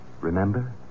Remember